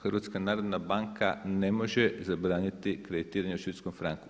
HNB ne može zabraniti kreditiranje u švicarskom franku.